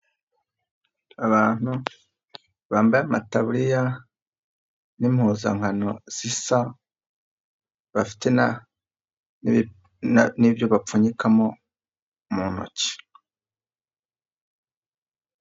abantu bambaye amataburiya n'impuzankano zisa n'ibyo bapfunyikamo mu ntoki.